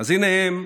אז הינה הם,